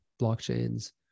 blockchains